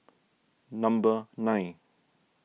number nine